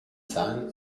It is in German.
zahlen